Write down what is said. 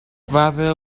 father